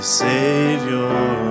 savior